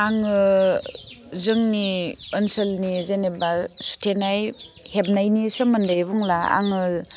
आङो जोंनि ओनसोलनि जेनेबा सुथेनाय हेबनायनि सोमोन्दै बुंला आङो